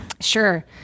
Sure